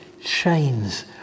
shines